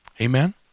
Amen